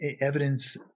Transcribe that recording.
evidence